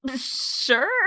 Sure